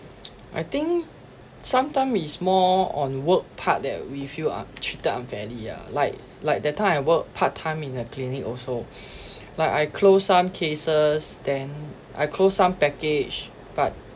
I think sometimes it's more on work part that we feel un~ treated unfairly ah like like that time I work part time in a clinic also like I closed some cases then I closed some package but